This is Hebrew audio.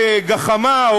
כגחמה,